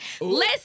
Listen